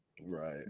right